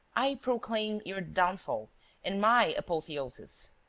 i proclaim your downfall and my apotheosis.